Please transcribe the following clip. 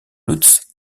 lutz